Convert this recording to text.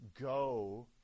Go